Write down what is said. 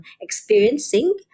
experiencing